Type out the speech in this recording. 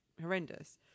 horrendous